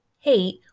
hate